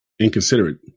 inconsiderate